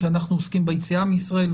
כי אנחנו עוסקים ביציאה מישראל,